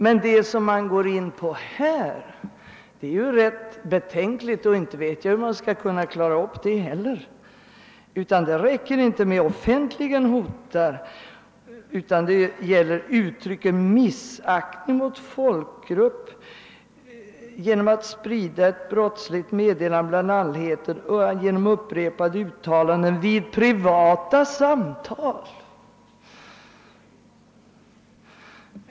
Men enligt propositionens förslag — och detta är betänkligt och jag vet inte hur man skall klara upp det — skall straff ådömas inte bara den som offentligen hotar eller uttrycker missaktning för en viss folkgrupp utan också den som på annat sätt sprider ett brottsligt meddelande bland allmänheten, t.ex. genom upprepade uttalanden vid privata samtal.